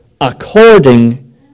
according